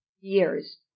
years